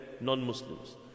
non-Muslims